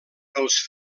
els